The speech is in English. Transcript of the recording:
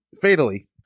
fatally